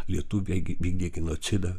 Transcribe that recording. lietuviai vykdė genocidą